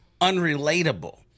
unrelatable